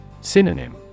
Synonym